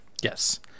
Yes